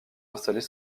installer